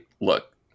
look